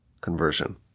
conversion